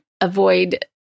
avoid